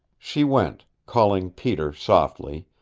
she went, calling peter softly,